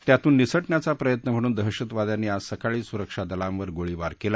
त्यातून निसटण्याचा प्रयत्न म्हणून दहशतवाद्यांनी आज सकाळी सुरक्षा दलांवर गोळीबार कला